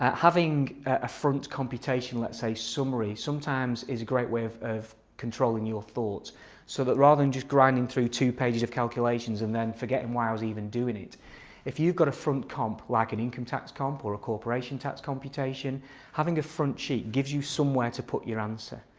having a front computation let's say a summary sometimes is a great way of of controlling your thoughts so that rather than just grinding through two pages of calculations and then forgetting why was even doing it if you've got a front comp like an income tax comp or a corporation tax computation having a front sheet gives you somewhere to put your answer.